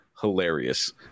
hilarious